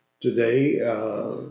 today